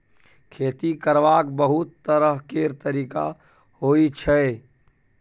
खेती करबाक बहुत तरह केर तरिका होइ छै